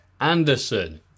Anderson